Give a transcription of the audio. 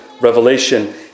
revelation